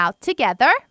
Together